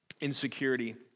insecurity